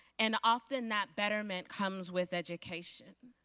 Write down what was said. and often that betterment comes with education.